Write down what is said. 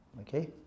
Okay